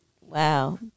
Wow